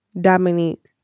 Dominique